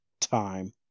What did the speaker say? Time